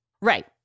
Right